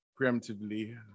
preemptively